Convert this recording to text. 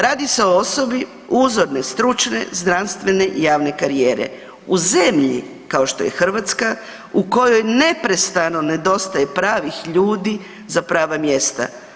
Radi se o osobi uzorne, stručne, znanstvene i javne karijere u zemlji kao što je Hrvatska u kojoj neprestano nedostaje pravih ljudi za prava mjesta.